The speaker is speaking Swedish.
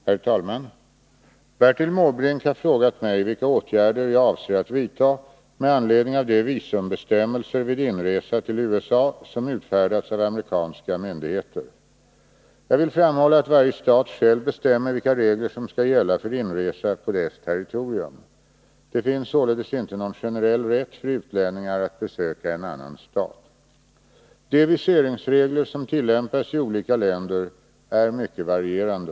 Herr talman! Bertil Måbrink har frågat mig vilka åtgärder jag avser att vidta med anledning av de visumbestämmelser vid inresa till USA som utfärdats av amerikanska myndigheter. Jag vill framhålla att varje stat själv bestämmer vilka regler som skall gälla för inresa på dess territorium. Det finns således inte någon generell rätt för utlänningar att besöka en annan stat. De viseringsregler som tillämpas i olika länder är mycket varierande.